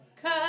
Cause